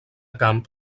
camp